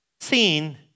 Seen